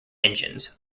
engines